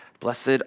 Blessed